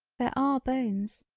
there are bones.